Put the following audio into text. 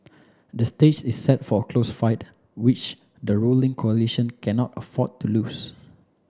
the stage is set for a close fight which the ruling coalition cannot afford to lose